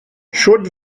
sut